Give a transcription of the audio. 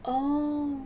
orh